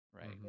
Right